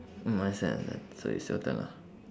mm understand understand so it's your turn lah